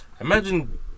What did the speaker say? Imagine